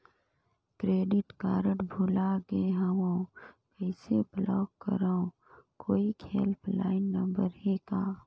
Credit card भुला गे हववं कइसे ब्लाक करव? कोई हेल्पलाइन नंबर हे का?